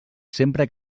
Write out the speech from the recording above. sempre